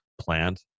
plant